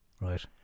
Right